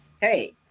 hey